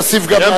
תוסיף גם,